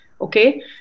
okay